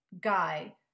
guy